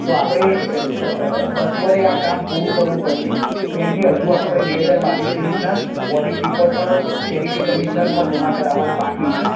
તો આપણે સ સત્વરે આ કામ પૂરું કરવું પડશે કેમ કે હજું આપણે બે હજાર બાવીસ ત્રેવીસના ઑડિટ રીપોર્ટ પણ ચેરિટી કમિશ્નરમાં જમા કરાવવાના બાકી છે